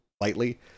lightly